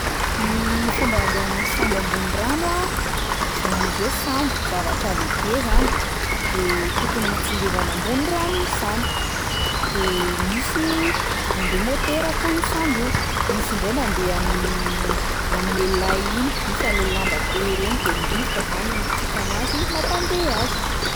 Ny fomba handehanan'ny sambo ambony rano a: zany izy hoe sambo, zavatra lehibe zany, de tokony mitsingevana ambony rano izy zany, de misy mandeha motera koa io sambo io, misy indray mandeha amin'le lay iny, misy an'le lamba be reny de ny rivotra zany no mitsoka anazy mampandeha azy.